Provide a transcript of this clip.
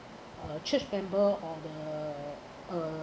church member or the uh